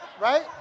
right